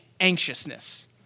anxiousness